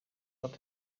dat